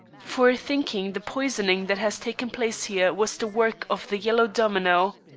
for thinking the poisoning that has taken place here was the work of the yellow domino?